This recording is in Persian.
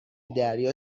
دریا